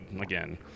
again